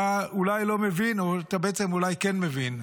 אתה אולי לא מבין, אתה בעצם אולי כן מבין,